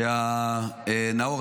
שנאור,